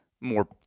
more